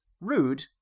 Rude